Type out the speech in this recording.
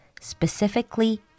specifically